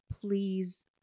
please